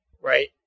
Right